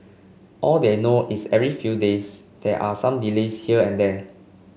all they know is every few days there are some delays here and there